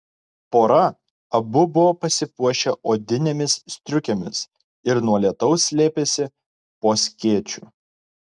pora abu buvo pasipuošę odinėmis striukėmis ir nuo lietaus slėpėsi po skėčiu